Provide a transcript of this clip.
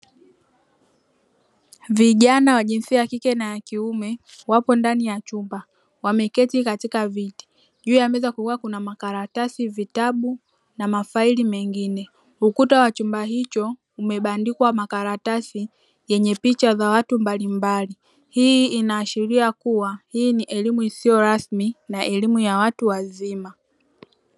Vijana wa jinsia ya kike na ya kiume wapo ndani ya chumba wameketi katika viti juu ya meza kukiwa kuna makaratasi vitabu na mafaili mengine, ukuta wa chumba hicho umebandikwa makaratasi yenye picha za watu mbali mbali hii inaashiria kuwa hii ni elimu isiyo rasmi na elimu ya watu wazima.